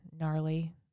gnarly